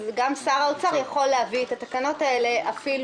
גם שר האוצר יכול להביא אותן בקרוב.